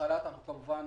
לגבי החל"ת, אנחנו כמובן